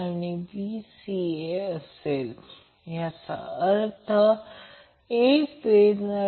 आणि हे रेफरन्सच्या संदर्भात हे 230° आहे